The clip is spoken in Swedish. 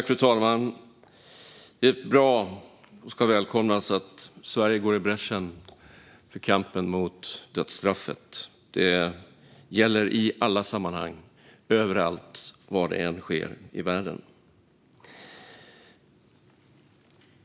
Fru talman! Det är bra och ska välkomnas att Sverige går i bräschen i kampen mot dödsstraffet. Det gäller i alla sammanhang och överallt, var det än sker i världen.